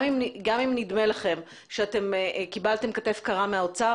גם אם נדמה לכם שאתם קיבלתם כתף קרה מהאוצר,